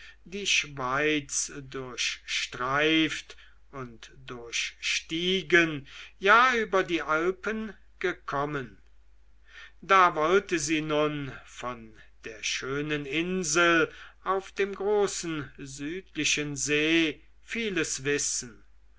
die schweiz durchstreift und durchstiegen ja über die alpen gekommen da wollte sie nun von der schönen insel auf dem großen südlichen see vieles wissen